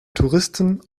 touristen